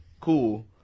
cool